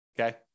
Okay